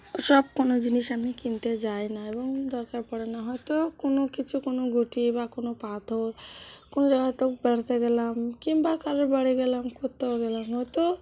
ওসব কোনো জিনিস আমি কিনতে যাই না এবং দরকার পড়ে না হয়তো কোনো কিছু কোনো গুটি বা কোনো পাথর কোনো জায়গায় হয়তো বেড়াতে গেলাম কিংবা কারোর বাড়ি গেলাম কোথাও গেলাম হয়তো